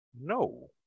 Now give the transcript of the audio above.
No